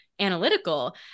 analytical